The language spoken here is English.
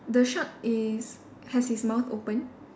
the shark is has his mouth open